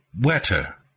wetter